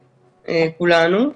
כולנו.